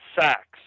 sacks